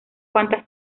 cuantas